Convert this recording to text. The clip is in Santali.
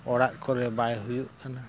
ᱚᱲᱟᱜ ᱠᱚᱨᱮ ᱵᱟᱭ ᱦᱩᱭᱩᱜ ᱠᱟᱱᱟ